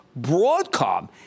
Broadcom